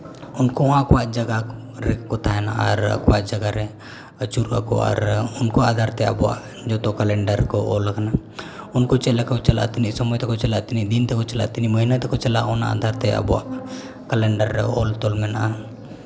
ᱩᱱᱠᱩ ᱦᱚᱸ ᱟᱠᱚᱣᱟᱜ ᱡᱟᱭᱜᱟ ᱨᱮᱠᱚ ᱛᱟᱦᱮᱱᱟ ᱟᱨ ᱟᱠᱚᱣᱟᱜ ᱡᱟᱭᱜᱟ ᱨᱮ ᱟᱪᱩᱨᱚᱜᱼᱟ ᱠᱚ ᱟᱨ ᱩᱱᱠᱩᱣᱟᱜ ᱟᱫᱷᱟᱨ ᱛᱮ ᱟᱵᱚᱣᱟᱜ ᱡᱚᱛᱚ ᱠᱮᱞᱮᱱᱰᱟᱨ ᱠᱚ ᱚᱞ ᱠᱟᱱᱟ ᱩᱱᱠᱩ ᱪᱮᱫ ᱞᱮᱠᱟ ᱠᱚ ᱪᱟᱞᱟᱜᱼᱟ ᱛᱤᱱᱟᱹᱜ ᱥᱚᱢᱚᱭ ᱛᱮᱠᱚ ᱪᱟᱞᱟᱜᱼᱟ ᱛᱤᱱᱟᱹᱜ ᱫᱤᱱ ᱛᱮᱠᱚ ᱪᱟᱞᱟᱜᱼᱟ ᱛᱤᱱᱟᱹᱜ ᱢᱟᱹᱦᱱᱟᱹ ᱛᱮᱠᱚ ᱪᱟᱞᱟᱜᱼᱟ ᱚᱱᱟ ᱚᱱᱟ ᱟᱫᱷᱟᱨ ᱛᱮ ᱟᱵᱚᱣᱟᱜ ᱠᱮᱞᱮᱱᱰᱟᱨ ᱨᱮ ᱚᱞ ᱫᱚ ᱢᱮᱱᱟᱜᱼᱟ